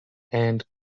and